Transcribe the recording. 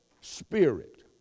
spirit